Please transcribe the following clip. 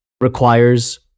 requires